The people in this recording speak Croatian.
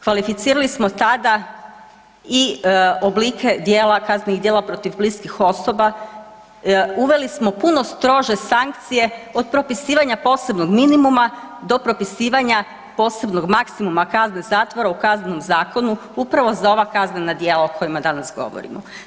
Kvalificirali smo tada i oblike djela, kaznenih djela protiv bliskih osoba, uveli smo puno strože sankcije od propisivanja posebnog minimuma do propisivanja posebnog maksimuma kazne zatvora u Kaznenom zakonu upravo za ova kaznena djela o kojima danas govorimo.